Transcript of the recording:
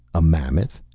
a mammoth?